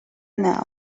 now